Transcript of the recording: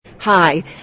Hi